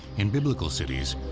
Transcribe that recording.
in biblical cities,